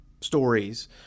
stories